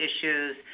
issues